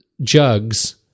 jugs